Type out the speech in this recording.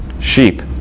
sheep